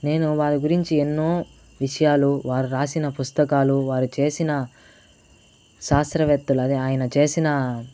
నేను వారి గురించి ఎన్నో విషయాలు వారు రాసిన పుస్తకాలు వారు చేసిన శాస్త్రవేత్తలు అది ఆయన చేసిన